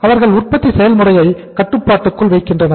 அவர்கள் உற்பத்தி செயல்முறையை கட்டுப்பாட்டுக்குள் வைக்கின்றனர்